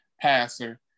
passer